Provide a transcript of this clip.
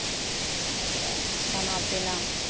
तऽ खाना पीना